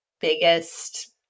biggest